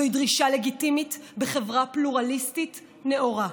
זוהי דרישה לגיטימית בחברה פלורליסטית נאורה.